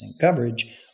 coverage